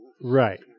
Right